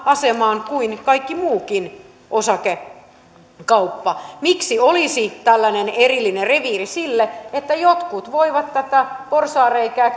asemaan kuin kaikki muukin osakekauppa miksi olisi tällainen erillinen reviiri sille että jotkut voivat tätä porsaanreikää